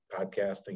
podcasting